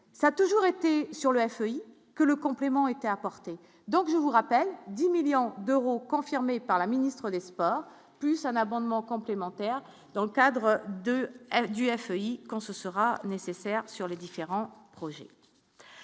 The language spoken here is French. ça a toujours été sur la feuille que le complément étaient donc je vous rappelle 10 millions d'euros, confirmée par la ministre des Sports, plus un abonnement complémentaire. Dans le cadre de du FAI, quand ce sera nécessaire sur les différents projets.